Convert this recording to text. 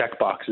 checkboxes